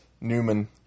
Newman